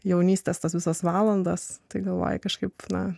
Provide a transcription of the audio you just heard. jaunystės tas visas valandas tai galvoje kažkaip na